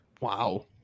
Wow